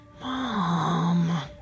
Mom